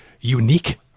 unique